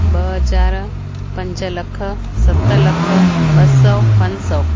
ॿ हज़ार पंज लख सत लख ॿ सौ पंज सौ